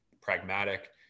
pragmatic